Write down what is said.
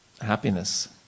happiness